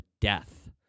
death